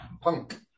punk